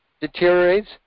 deteriorates